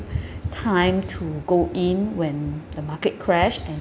time to go in when the market crash and